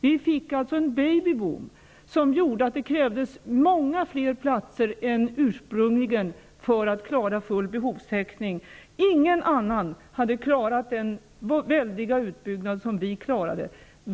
Vi fick en ''baby boom'', som gjorde att det krävdes många fler platser än ursprungligen för att full be hovstäckning skulle klaras. Ingen annan hade kla rat av den väldiga utbyggnad som vi klarade.